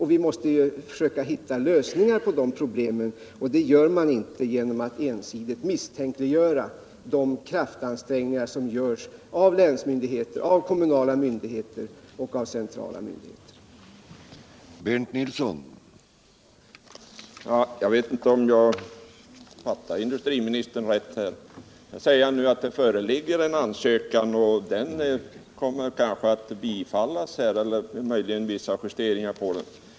Vi måste försöka hitta lösningar på de problemen, och det främjar man inte genom att ensidigt misstänkliggöra de kraftansträngningar som görs av länsmyndigheter, av kommunala myndigheter och av centrala myndigheter. Herr talman! Jag vet inte om jag fattade industriministern rätt. Nu säger han att det föreligger en ansökan som kanske kommer att bifallas, möjligen efter vissa justeringar.